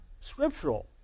scriptural